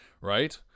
right